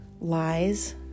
lies